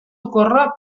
ocórrer